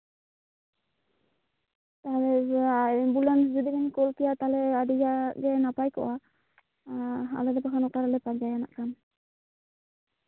ᱛᱟᱦᱚᱞᱮ ᱤᱭᱟᱹ ᱮᱢᱵᱩᱞᱮᱱᱥ ᱡᱩᱫᱤᱵᱮᱱ ᱠᱩᱞ ᱠᱮᱭᱟ ᱛᱟᱦᱞᱮ ᱟᱹᱰᱤ ᱜᱟᱱ ᱜᱮ ᱱᱟᱯᱟᱭ ᱠᱚᱜᱼᱟ ᱟᱞᱮ ᱫᱚ ᱦᱟᱸᱜ ᱚᱠᱟᱨᱮᱞᱮ ᱯᱟᱸᱡᱟᱭᱟ ᱱᱟᱜᱠᱷᱟᱱ